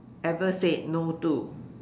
ever said no to